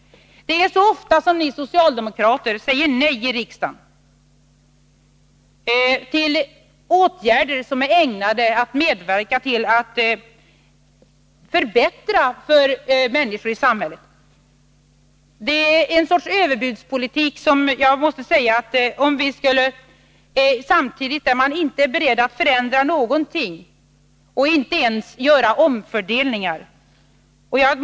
Det är ofta som ni socialdemokrater säger nej i riksdagen till åtgärder som är ägnade att medverka till att förbättra för människor i samhället. Det är en sorts underbudspolitik. Samtidigt är ni inte beredda att förändra någonting, inte ens att göra omfördelningar.